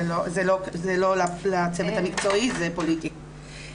זה לא לצוות המקצועי, זה פוליטי.